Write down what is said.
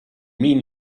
mean